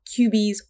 QBs